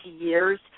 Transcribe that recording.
years